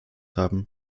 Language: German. haben